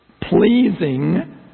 pleasing